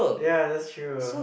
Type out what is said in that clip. ya that's true